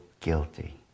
guilty